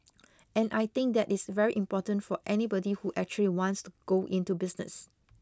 and I think that is very important for anybody who actually wants to go into business